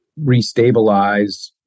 restabilize